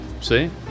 See